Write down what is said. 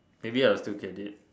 maybe a few get it